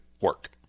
work